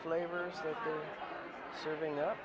flavors serving up